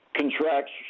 contracts